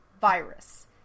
virus